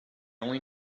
only